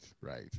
Right